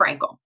Frankel